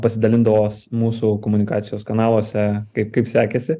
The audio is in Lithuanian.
pasidalindavo mūsų komunikacijos kanaluose kaip sekėsi